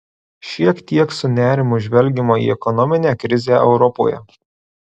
šiek tiek su nerimu žvelgiama į ekonominę krizę europoje